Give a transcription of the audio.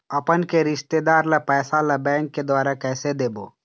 अपन के रिश्तेदार ला पैसा ला बैंक के द्वारा कैसे देबो?